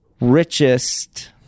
richest